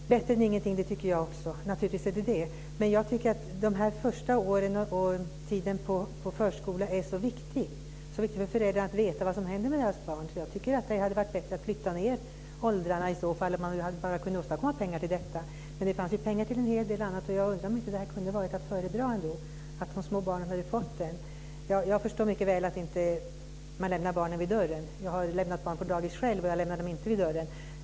Fru talman! Ja, det är bättre än ingenting. Det tycker jag också. Naturligtvis är det det. Men jag tycker att det är så viktigt med de här första åren och tiden på förskolan. Det är viktigt för föräldrarna att veta vad som händer med deras barn. Jag tycker att det hade varit bättre att flytta det här nedåt i åldrarna om man nu bara hade kunnat åstadkomma pengar till detta, men det fanns ju pengar till en hel del annat. Jag undrar om det inte hade varit att föredra ändå att de små barnen hade fått det här. Jag förstår mycket väl att man inte lämnar barnen vid dörren. Jag har lämnat barn på dagis själv, och jag lämnade dem inte vid dörren.